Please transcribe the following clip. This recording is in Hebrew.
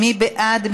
מי בעד?